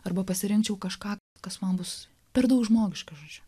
arba pasirinkčiau kažką kas man bus per daug žmogiška žodžiu